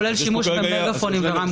כולל שימוש במגאפונים ורמקולים.